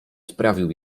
sprawił